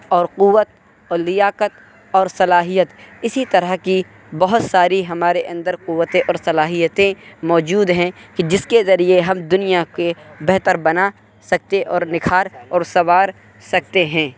اور قوت اور لیاقت اور صلاحیت اسی طرح کی بہت ساری ہمارے اندر قوتیں اور صلاحیتیں موجود ہیں کہ جس کے ذریعے ہم دنیا کے بہتر بنا سکتے اور نکھار اور سنوار سکتے ہیں